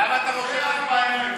למה אתה חושב שזה בגלל הכיפה?